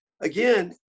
again